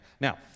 Now